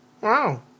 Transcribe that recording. Wow